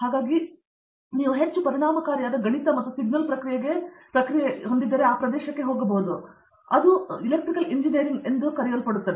ಹಾಗಾಗಿ ನೀವು ಹೆಚ್ಚು ಪರಿಣಾಮಕಾರಿಯಾದ ಗಣಿತ ಮತ್ತು ಸಿಗ್ನಲ್ ಪ್ರಕ್ರಿಯೆಗೆ ಆ ಪ್ರದೇಶಕ್ಕೆ ಹೋಗುತ್ತಿರುವಿರಿ ಅದು ನಾವು ಎಲೆಕ್ಟ್ರಿಕಲ್ ಎಂಜಿನಿಯರಿಂಗ್ ಎಂದು ಕರೆಯುವಲ್ಲಿದೆ